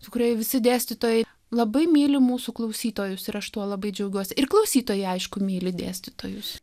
su kuriuo visi dėstytojai labai myli mūsų klausytojus ir aš tuo labai džiaugiuosi ir klausytojai aišku myli dėstytojus